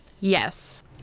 Yes